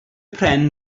pren